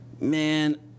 man